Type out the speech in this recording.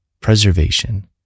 preservation